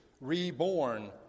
reborn